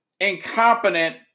incompetent